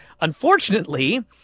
Unfortunately